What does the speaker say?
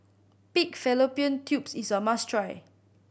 pig fallopian tubes is a must try